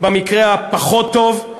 במקרה הפחות-טוב.